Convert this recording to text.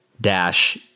Dash